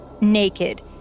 naked